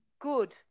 good